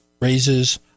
raises